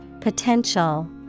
Potential